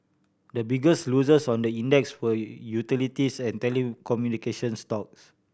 the biggest losers on the index were utilities and telecommunication stocks